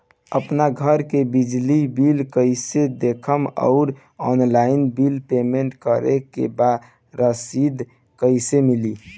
आपन घर के बिजली बिल कईसे देखम् और ऑनलाइन बिल पेमेंट करे के बाद रसीद कईसे मिली?